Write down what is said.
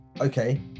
okay